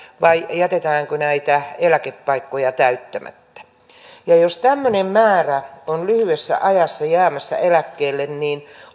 vai jätetäänkö näitä eläkepaikkoja täyttämättä kun tämmöinen määrä on lyhyessä ajassa jäämässä eläkkeelle niin